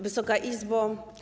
Wysoka Izbo!